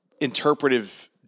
interpretive